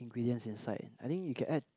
ingredients inside I think you can add